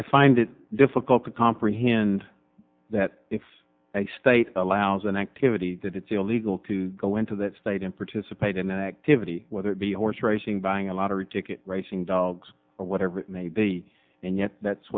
i find it difficult to comprehend that if a state allows an activity that it's illegal to go into that state and participate in that activity whether it be horseracing buying a lottery ticket raising dogs or whatever it may be and yet that's